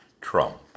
Trump